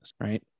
right